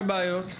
בעיות תקציביות?